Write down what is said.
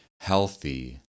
healthy